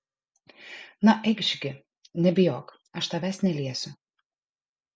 na eikš gi nebijok aš tavęs neliesiu